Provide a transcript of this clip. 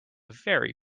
very